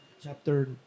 chapter